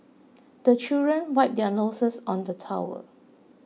the children wipe their noses on the towel